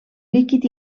líquid